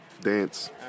dance